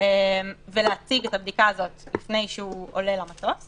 ההמראה ולהציג את תוצאותיה לפני העלייה למטוס.